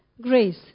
grace